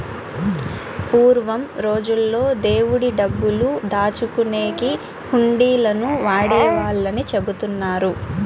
పూర్వం రోజుల్లో దేవుడి డబ్బులు దాచుకునేకి హుండీలను వాడేవాళ్ళని చెబుతున్నారు